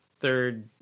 third